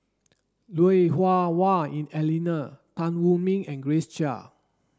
Lui Hah Wah Elena Tan Wu Meng and Grace Chia